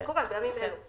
זה קורה בימים אלו.